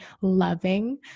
loving